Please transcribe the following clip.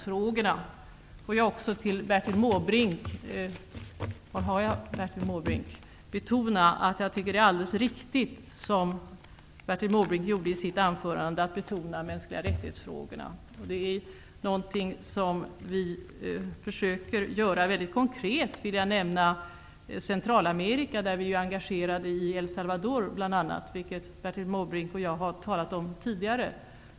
Låt mig också till Bertil Måbrink säga att jag tycker att det är alldeles riktigt att som han gjorde i sitt anförande betona frågorna om de mänskliga rättigheterna. Det är någonting som vi försöker göra. Konkret vill jag nämna Centralamerika, där vi är engagerade i bl.a. El Salvador, vilket Bertil Måbrink och jag har talat om tidigare.